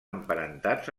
emparentats